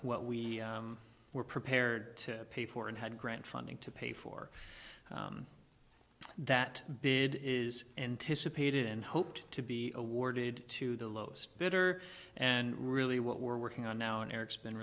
what we were prepared to pay for and had grant funding to pay for that bid is anticipated and hoped to be awarded to the lowest bidder and really what we're working on now in eric's been